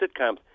sitcoms